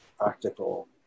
practical